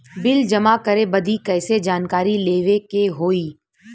Bill जमा करे बदी कैसे जानकारी लेवे के होई?